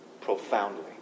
profoundly